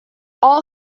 all